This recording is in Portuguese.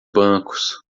bancos